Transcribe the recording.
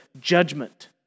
judgment